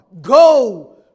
go